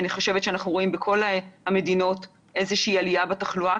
אני חושבת שאנחנו רואים בכל המדינות איזה עלייה בתחלואה,